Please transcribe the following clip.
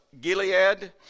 Gilead